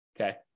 Okay